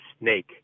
snake